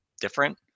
different